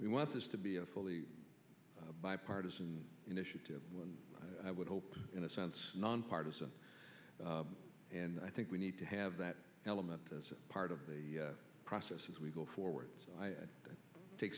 we want this to be a fully bipartisan initiative and i would hope in a sense nonpartisan and i think we need to have that element as part of the process as we go forward so i take